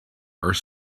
are